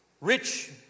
rich